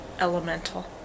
elemental